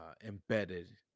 embedded